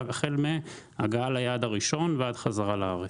החל מההגעה ליעד הראשון עד החזרה לארץ.